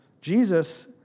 Jesus